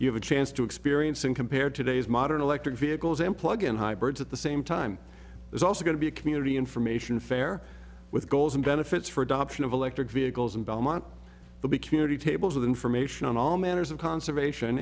you have a chance to experience and compared today's modern electric vehicles and plug in hybrids at the same time there's also going to be a community information fair with goals and benefits for adoption of electric vehicles in belmont the big community tables with information on all manners of conservation